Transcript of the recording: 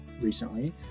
recently